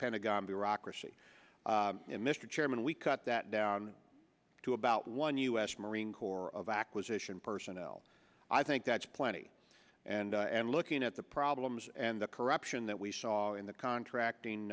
pentagon bureaucracy mr chairman we cut that down to about one u s marine corps of acquisition personnel i think that's plenty and and looking at the problems and the corruption that we saw in the contra acting